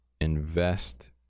invest